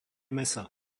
mäsa